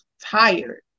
tired